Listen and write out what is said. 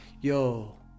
Yo